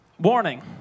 warning